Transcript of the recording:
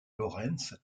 lorentz